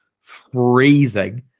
freezing